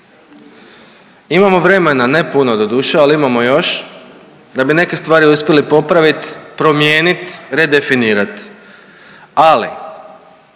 Imamo vremena, ne puno doduše, ali imamo još da bi neke stvari uspjeli popraviti, promijeniti, redefinirat, ali